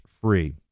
free